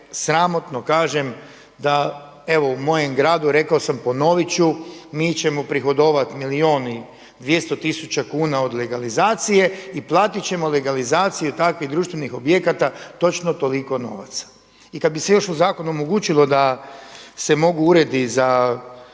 sramotno, kažem da evo u mojem gradu, rekao sam ponoviti ću, mi ćemo prihodovati milijun i 200 tisuća kuna od legalizacije i platiti ćemo legalizaciju takvih društvenih objekata točno toliko novaca. I kada bi se još u zakonu omogućilo da se mogu uredi za